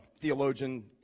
theologian